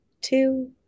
two